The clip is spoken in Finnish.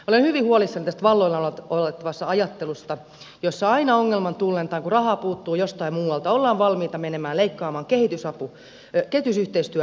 olen hyvin huolissani tästä valloillaan olevasta ajattelusta jossa aina ongelman tullen tai kun rahaa puuttuu jostain muualta ollaan valmiita menemään leikkaamaan kehitysyhteistyöapurahoista